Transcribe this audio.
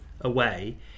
away